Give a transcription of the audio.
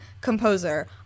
composer